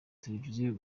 televiziyo